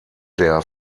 der